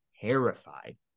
terrified